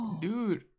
dude